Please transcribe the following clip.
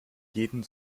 jeden